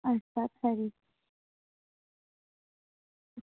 अच्छा खरी